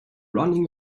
running